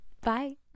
Bye